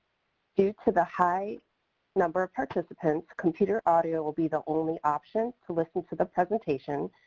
due to the high number of participants, computer audio will be the only option to listen to the presentation.